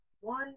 one